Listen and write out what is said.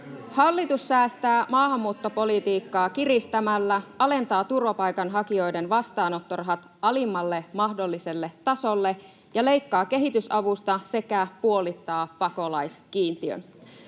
Hallitus säästää maahanmuuttopolitiikkaa kiristämällä, alentaa turvapaikanhakijoiden vastaanottorahat alimmalle mahdolliselle tasolle ja leikkaa kehitysavusta sekä puolittaa pakolaiskiintiön.